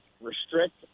restrict